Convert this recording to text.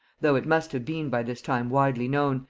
though it must have been by this time widely known,